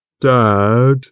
Dad